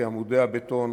כי עמודי בטון